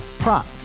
Prop